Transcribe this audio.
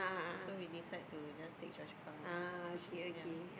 so we decide to just take Chua-Chu-Kang lah which is near